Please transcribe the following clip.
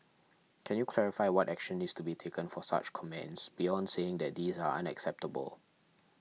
can you clarify what action needs to be taken for such comments beyond saying that these are unacceptable